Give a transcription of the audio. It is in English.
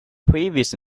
previous